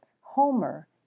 Homer